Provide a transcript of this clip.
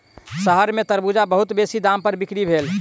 शहर में तरबूज बहुत बेसी दाम पर बिक्री भेल